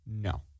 No